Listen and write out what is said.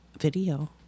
Video